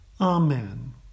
amen